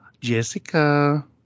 jessica